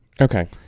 Okay